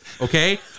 okay